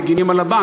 מגינים על הבנק,